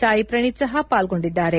ಸಾಯಿಪ್ರಣೀತ್ ಸಹ ಪಾಲ್ಗೊಂಡಿದ್ದಾರೆ